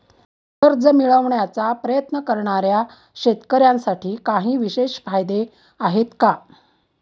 कर्ज मिळवण्याचा प्रयत्न करणाऱ्या शेतकऱ्यांसाठी काही विशेष फायदे आहेत का?